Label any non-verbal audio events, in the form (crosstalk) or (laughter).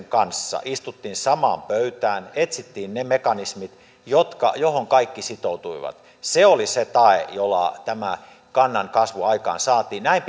(unintelligible) kanssa istuttiin samaan pöytään etsittiin ne mekanismit joihin kaikki sitoutuivat se oli se tae jolla tämä kannan kasvu aikaansaatiin näin (unintelligible)